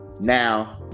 Now